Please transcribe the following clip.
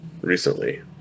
recently